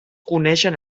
coneixen